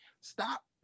Stop